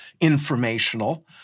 informational